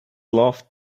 loved